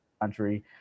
country